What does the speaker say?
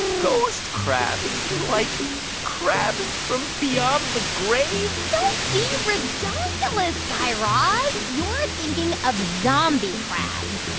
ghost crabs? like crabs from beyond the grave? don't be ridonkulous, guy raz. you're thinking of zombie crabs.